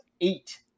eight